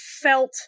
felt